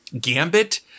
gambit